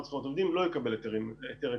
זכויות עובדים לא יקבל היתר עקרוני,